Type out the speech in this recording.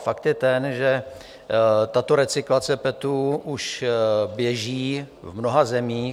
Fakt je ten, že tato recyklace PETu už běží v mnoha zemích.